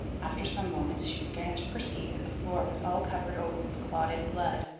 after some moments she began to perceive that the floor was all covered over with clotted blood,